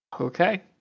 Okay